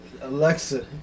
Alexa